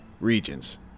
regions